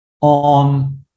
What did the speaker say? on